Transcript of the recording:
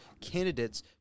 candidates